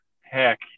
Heck